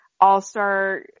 all-star